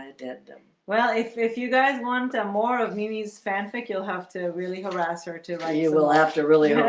and and well, if you guys want a more of mimi's fanfic, you'll have to really harass her to lie. you will have to really